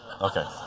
Okay